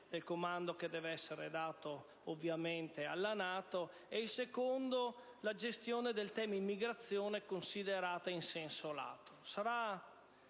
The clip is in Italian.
del comando, che deve essere affidata, ovviamente, alla NATO; il secondo è la gestione del tema immigrazione, considerato in senso lato.